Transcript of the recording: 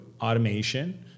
automation